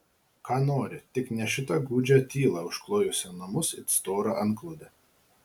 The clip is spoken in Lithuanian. ką nori tik ne šitą gūdžią tylą užklojusią namus it stora antklode